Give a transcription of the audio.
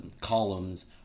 columns